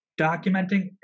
documenting